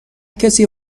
کسی